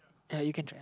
ya you can try